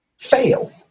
fail